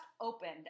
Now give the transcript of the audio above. opened